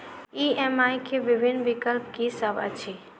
EMI केँ विभिन्न विकल्प की सब अछि